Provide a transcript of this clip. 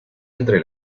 entre